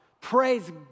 Praise